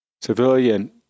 Civilian